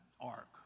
ark